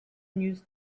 news